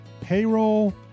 Payroll